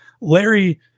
Larry